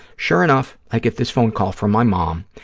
sure enough, i get this phone call from my mom.